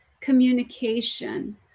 communication